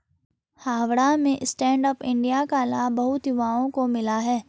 हावड़ा में stand up India का लाभ बहुत युवाओं को मिला